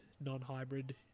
non-hybrid